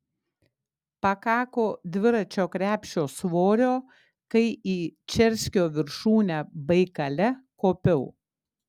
pakako dviračio krepšio svorio kai į čerskio viršūnę baikale kopiau